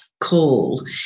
call